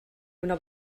una